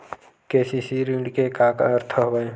KCC ऋण के का अर्थ हवय?